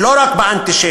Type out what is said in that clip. ולא רק באנטישמיות.